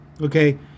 Okay